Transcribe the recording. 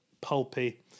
pulpy